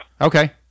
Okay